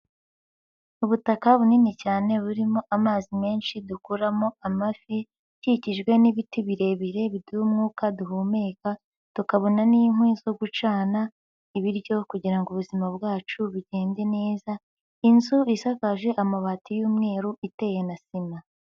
Ubutaka bunini cyane burimo amazi menshi dukuramo amafi, ikikijwe n'ibiti birebire biduha umwuka duhumeka, tukabona n'inkwi zo gucana ibiryo kugirango ubuzima bwacu bugende neza, inzu isakaje amabati y'umweru, iteye na sima.